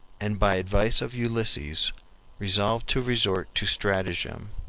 and by advice of ulysses resolved to resort to stratagem.